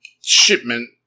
shipment